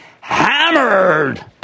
hammered